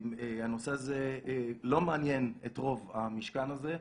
הנושא הזה לא מעניין את רוב המשכן הזה,